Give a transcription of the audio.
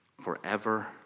forever